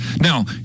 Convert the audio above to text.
Now